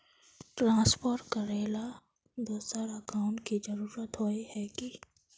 Transfer करेला दोसर account की जरुरत होय है की?